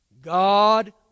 God